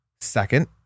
second